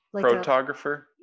photographer